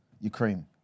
Ukraine